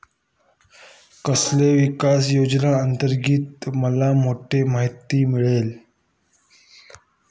कौशल्य विकास योजनेअंतर्गत मला कुठे माहिती मिळेल?